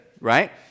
right